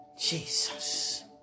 Jesus